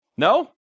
No